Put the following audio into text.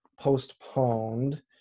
postponed